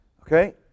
okay